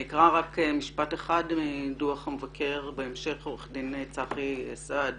אני אקרא רק משפט אחד מדוח המבקר ובהמשך עורך דין צחי סעד